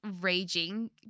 raging